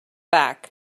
back